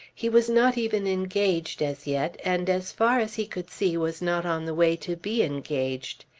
he was not even engaged as yet, and as far as he could see was not on the way to be engaged.